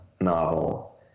novel